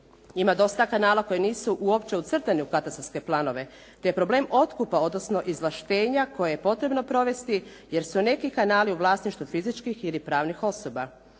Ima dosta kanala koji nisu uopće ucrtani u katastarske planove te je problem otkupa, odnosno izvlaštenja koje je potrebno provesti jer su neki kanali u vlasništvu fizičkih ili pravnih osoba.